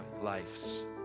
lives